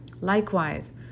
Likewise